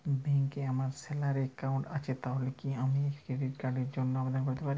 ব্যাংকে আমার salary account আছে তাহলে কি আমি ক্রেডিট কার্ড র জন্য আবেদন করতে পারি?